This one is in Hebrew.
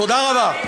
תודה רבה.